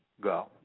go